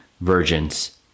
virgins